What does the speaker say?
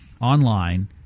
online